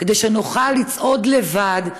כדי שנוכל לצעוד לבד,